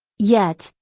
yet,